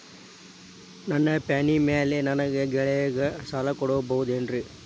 ನನ್ನ ಪಾಣಿಮ್ಯಾಲೆ ನನ್ನ ಗೆಳೆಯಗ ಸಾಲ ಕೊಡಬಹುದೇನ್ರೇ?